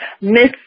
Miss